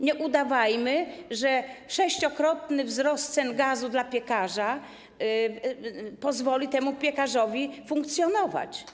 Nie udawajmy, że sześciokrotny wzrost cen gazu dla piekarza pozwoli temu piekarzowi funkcjonować.